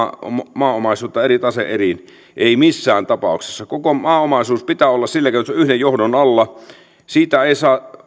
maaomaisuutta eri tase eriin ei missään tapauksessa koko maaomaisuuden pitää olla niin että se on yhden johdon alla ei saa